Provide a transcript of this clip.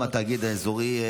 גם התאגיד האזורי,